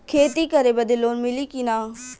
खेती करे बदे लोन मिली कि ना?